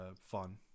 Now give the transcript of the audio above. fun